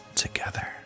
Together